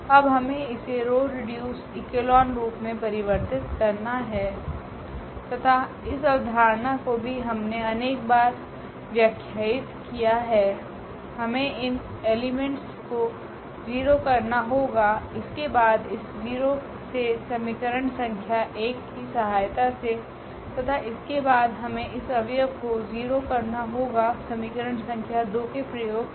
अब हमे इसे रो रिड्यूस एक्लोन रूप मे परिवर्तित करना है तथा इस अवधारणा को भी हमने अनेक बार व्याख्यायित किया है हमे इन एलिमेंट्स को 0 करना होगाइसके बाद इस 0 से समीकरण संख्या 1 कि सहायता से तथा इसके बाद हमे इस अव्यव को 0 करना होगा समीकरण संख्या 2 के प्रयोग से